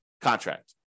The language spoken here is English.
contract